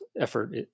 effort